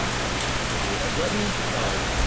um if you choose to and let me emphasize,